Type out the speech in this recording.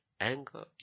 anger